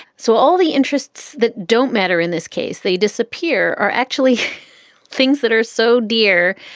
so all the interests that don't matter in this case they disappear are actually things that are so dear,